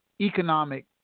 economic